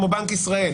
כמו בנק ישראל,